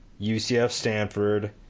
UCF-Stanford